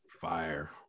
Fire